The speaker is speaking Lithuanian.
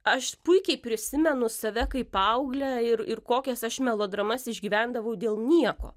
aš puikiai prisimenu save kaip paauglę ir ir kokias aš melodramas išgyvendavau dėl nieko